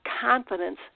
confidence